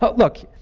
but look,